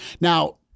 Now